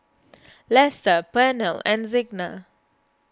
Lester Pernell and Signa